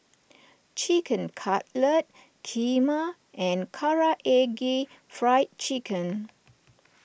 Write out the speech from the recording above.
Chicken Cutlet Kheema and Karaage Fried Chicken